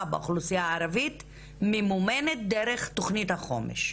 באוכלוסיה הערבית ממומנת דרך תוכנית החומש.